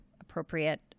appropriate